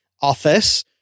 office